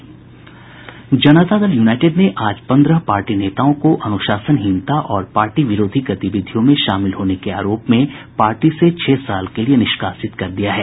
जनता Dal United ने आज पन्द्रह पार्टी नेताओं को अनुशासनहीनता और पार्टी विरोधी गतिविधियों में शामिल होने के आरोप में पार्टी से छह साल के लिए निष्कासित कर दिया है